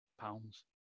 pounds